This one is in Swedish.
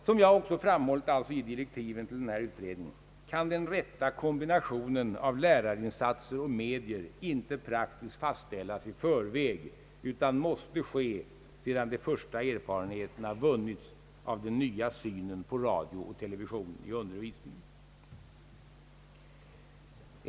Som jag framhållit i direktiven till denna utredning kan den rätta kombinationen av lärarinsatser och medier inte praktiskt fastställas i förväg utan måste ske sedan de första erfarenheterna vunnits av den nya synen på radio och television i undervisningen.